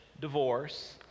Divorce